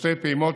בשתי פעימות,